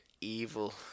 evil